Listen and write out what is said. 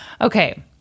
Okay